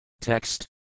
Text